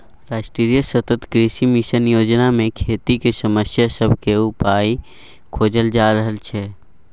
राष्ट्रीय सतत कृषि मिशन योजना मे खेतीक समस्या सब केर उपाइ खोजल जा रहल छै